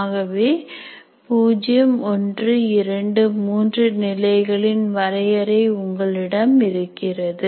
ஆகவே 0 1 2 3 நிலைகளின் வரையறை உங்களிடம் இருக்கிறது